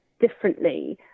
differently